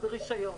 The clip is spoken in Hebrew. זה רק ברישיון.